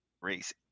race